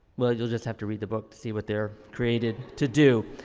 well you'll just have to read the book to see what they're created to do.